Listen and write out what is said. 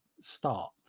start